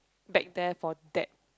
back there for that